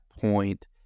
point